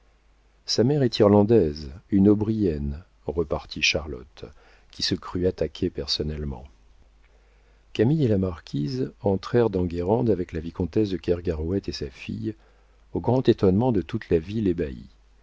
sa mère est irlandaise une o'brien repartit charlotte qui se crut attaquée personnellement camille et la marquise entrèrent dans guérande avec la vicomtesse de kergarouët et sa fille au grand étonnement de toute la ville ébahie